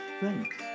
thanks